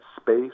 space